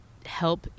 help